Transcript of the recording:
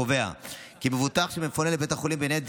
קובע כי מבוטח שמפונה לבית החולים בניידת